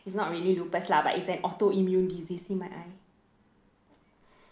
it's not really lupus lah but it's an auto immune disease see my eye